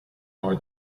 nor